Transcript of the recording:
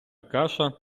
каша